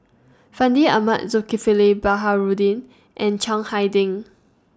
Fandi Ahmad Zulkifli Baharudin and Chiang Hai Ding